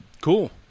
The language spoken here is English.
Cool